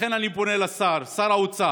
לכן אני פונה לשר האוצר,